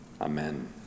Amen